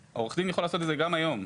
העו"ד יכול לעשות את זה גם היום,